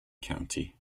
county